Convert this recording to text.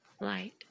light